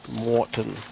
Morton